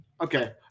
Okay